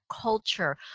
culture